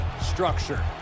structure